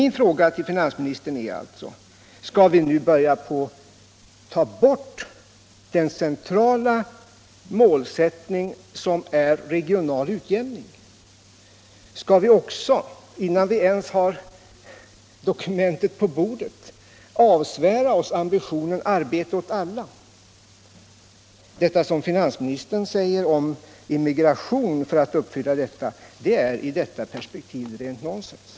Min fråga till finansministern är alltså: Skall vi nu börja avlägsna oss från den centrala målsättningen regional utjämning? Skall vi alltså också avsvära oss ambitionen arbete åt alla? Finansministerns tal om immigration för att uppfylla denna ambition är i detta perspektiv rent nonsens.